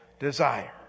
desire